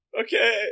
Okay